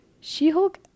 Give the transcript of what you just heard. She-Hulk